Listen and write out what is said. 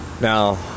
Now